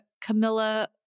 Camilla